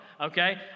Okay